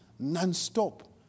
nonstop